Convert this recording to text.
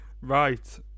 right